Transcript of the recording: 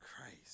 Christ